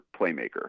playmaker